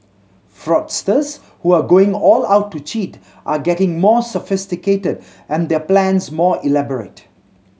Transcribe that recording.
fraudsters who are going all out to cheat are getting more sophisticated and their plans more elaborate